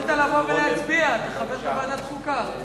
יכולת לבוא ולהצביע, אתה חבר בוועדת חוקה.